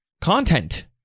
content